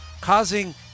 causing